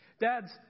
Dads